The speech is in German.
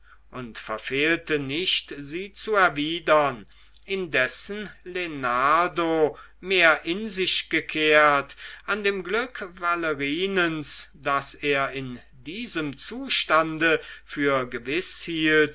und verfehlte nicht sie zu erwidern indessen lenardo mehr in sich gekehrt an dem glück valerinens das er in diesem zustande für gewiß